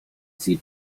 sieht